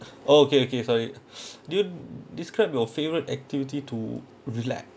oh okay okay sorry do you describe your favourite activity to relax